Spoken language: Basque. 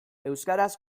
euskaraz